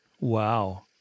Wow